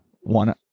one